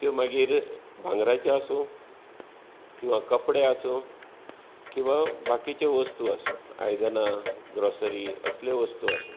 त्यो मागीर भांगराचे आसूं किंवा कपडे आसूं किंवा बाकिचे वस्तू आसूं आयदनां ग्रॉसरी असल्यो वस्तू आसूं